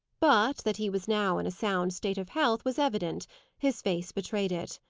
but that he was now in a sound state of health was evident his face betrayed it.